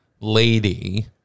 lady